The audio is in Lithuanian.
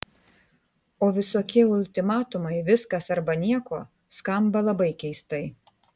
o visokie ultimatumai viskas arba nieko skamba labai keistai